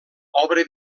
obra